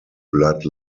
blood